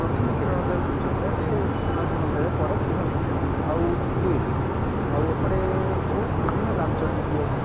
ପ୍ରଥମ କିରଣ ଯେଉଁ ସୂର୍ଯ୍ୟଙ୍କର ସିଏ କୋଣାର୍କ ମନ୍ଦିରରେ ପଡ଼େ କୁହନ୍ତି ଆଉ ହୁଏ ବି ଆଉ ଏପଟେ ବହୁତ ବିଭିନ୍ନ ରାମଚଣ୍ଡୀ ବି ଅଛି